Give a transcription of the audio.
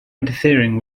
interfering